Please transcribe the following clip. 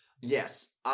Yes